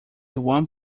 one